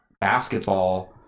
basketball